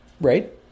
right